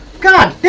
got